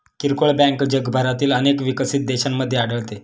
किरकोळ बँक जगभरातील अनेक विकसित देशांमध्ये आढळते